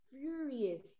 furious